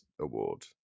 award